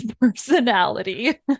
personality